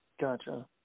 Gotcha